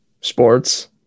sports